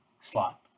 slot